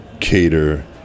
cater